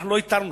אנחנו לא התרנו,